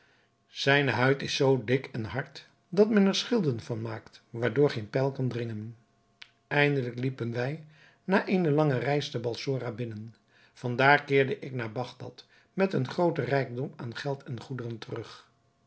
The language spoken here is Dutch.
zijne huid is zoo dik en hard dat men er schilden van maakt waardoor geen pijl kan dringen eindelijk liepen wij na eene lange reis te balsora binnen van daar keerde ik naar bagdad met een grooten rijkdom aan geld en goederen terug